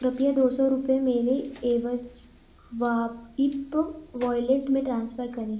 कृपया दो सौ रुपये मेरे एमसवाइप वॉइलेट में ट्रांसफ़र करें